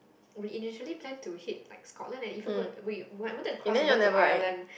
we initially plan to hit like Scotland and even go we wanted to cross over to Ireland